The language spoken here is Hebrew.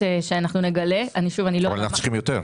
אבל אנחנו צריכים יותר.